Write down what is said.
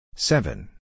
Seven